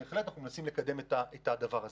אנחנו בהחלט מנסים לקדם את הדבר הזה.